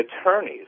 attorneys